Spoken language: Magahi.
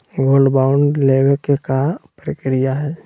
गोल्ड बॉन्ड लेवे के का प्रक्रिया हई?